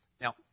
Now